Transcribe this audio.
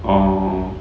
oh